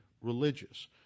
religious